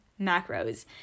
macros